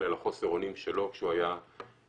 על חוסר האונים שלו כשהוא היה מטופל.